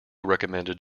recommended